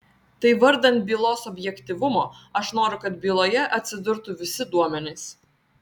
tai vardan bylos objektyvumo aš noriu kad byloje atsidurtų visi duomenys